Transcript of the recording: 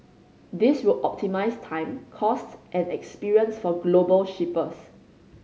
this will optimise time cost and experience for global shippers